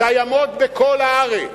קיימות בכל הארץ.